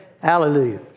Hallelujah